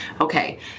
Okay